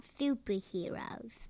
superheroes